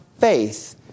faith